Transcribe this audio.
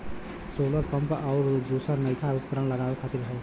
solar pump आउर दूसर नइका उपकरण लगावे खातिर हौ